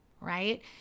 right